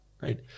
right